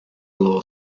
law